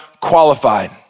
qualified